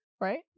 Right